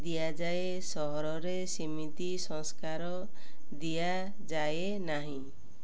ଦିଆଯାଏ ସହରରେ ସେମିତି ସଂସ୍କାର ଦିଆଯାଏ ନାହିଁ